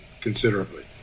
considerably